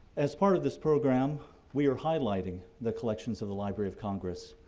as part of this program we are highlighting the collections of the library of congress.